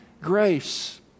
grace